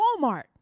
Walmart